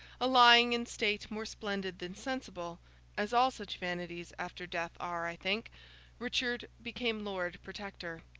a lying in state more splendid than sensible as all such vanities after death are, i think richard became lord protector.